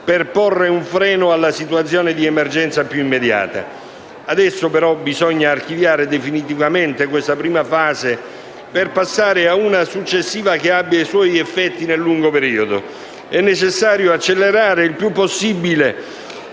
per porre un freno alla situazione di emergenza più immediata. Adesso bisogna però archiviare definitivamente questa prima fase, per passare ad una successiva, che abbia i suoi effetti nel lungo periodo. È necessario accelerare i tempi il più possibile